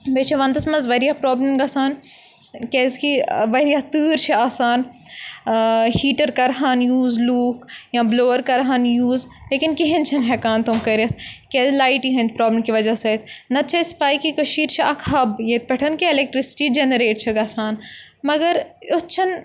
بیٚیہِ چھِ وَنتَس منٛز واریاہ پرٛابلِم گَژھان کیٛازِکہِ واریاہ تۭر چھِ آسان ہیٖٹَر کَرٕہَن یوٗز لوٗکھ یا بٕلوَر کَرٕہان یوٗز لیکِن کِہیٖنۍ چھِنہٕ ہٮ۪کان تم کٔرِتھ کیٛازِ لایٹہِ ہِنٛدۍ پرٛابلِم کہِ وَجہ سۭتۍ نَتہٕ چھِ أسۍ پاے کہِ کٔشیٖر چھِ اَکھ حب ییٚتہِ پٮ۪ٹھ کہِ اٮ۪لیکٹِرٛسِٹی جَنریٹ چھِ گژھان مگر یُتھ چھُنہٕ